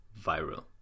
Viral